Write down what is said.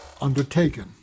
undertaken